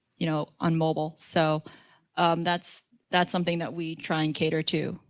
you know, on mobile. so that's, that's something that we try and cater to.